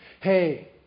Hey